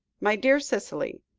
my dear cicely,